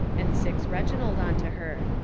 and sicks reginald onto her.